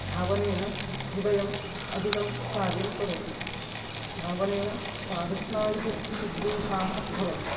धावनेन हृदयम् अधिकं कार्यं करोति धावनेन पादस्नायुः सुदृढाः भवन्ति